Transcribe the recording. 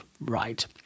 Right